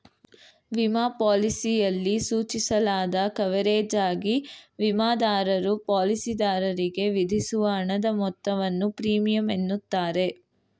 ವಿಮಾ ಪಾಲಿಸಿಯಲ್ಲಿ ಸೂಚಿಸಲಾದ ಕವರೇಜ್ಗಾಗಿ ವಿಮಾದಾರರು ಪಾಲಿಸಿದಾರರಿಗೆ ವಿಧಿಸುವ ಹಣದ ಮೊತ್ತವನ್ನು ಪ್ರೀಮಿಯಂ ಎನ್ನುತ್ತಾರೆ